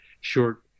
short